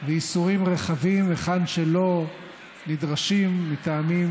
ואיסורים רחבים היכן שהם לא נדרשים מטעמים